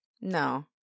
No